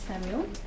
Samuel